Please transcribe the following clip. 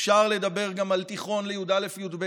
אפשר לדבר גם על תיכון לי"א-י"ב,